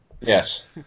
Yes